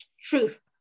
truth